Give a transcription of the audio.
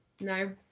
No